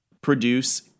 produce